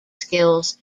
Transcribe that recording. skills